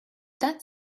that